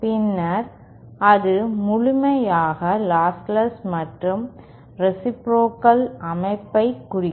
பின்னர் அது முழுமையாக லாஸ்லெஸ் மற்றும் ரேசிப்ரோகல் அமைப்பைக் குறிக்கும்